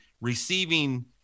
receiving-